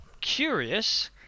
curious